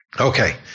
Okay